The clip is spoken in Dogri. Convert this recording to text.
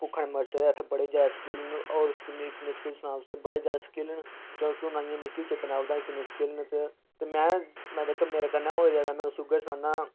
भुक्खा निं मरी सकदा इत्थै बड़े जैदा स्किल्ल न होर किन्ने किन्ने स्किल्ल सनां तुसे ईं कि बड़े जैदा स्किल्ल न क्योंकि हुन मिगी बी चेत्ता नेईं आवै दा ऐ जे किन्ने स्किल्ल न ते में जेह्का मेरे कन्नै होए दा तां में तुसे ईं उ'ऐ सनान्ना